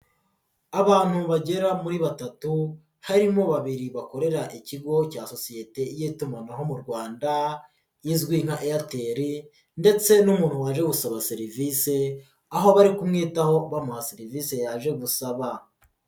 Abantu bagera muri batatu harimo babiri bakorera ikigo cya sosiyete y'itumanaho mu Rwanda izwi nka Airtel ndetse n'umuntu waje gusaba serivisi, aho bari kumwitaho bamuha serivisi yaje gusaba.